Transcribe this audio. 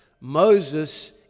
moses